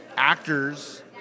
actors